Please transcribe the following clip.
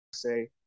say